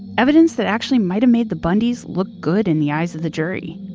evidence that actually might've made the bundys look good in the eyes of the jury,